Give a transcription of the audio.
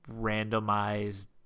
randomized